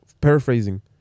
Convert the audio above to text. Paraphrasing